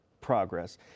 progress